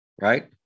right